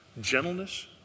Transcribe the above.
gentleness